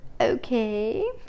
okay